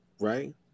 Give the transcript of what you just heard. Right